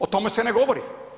O tome se ne govori.